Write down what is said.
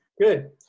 good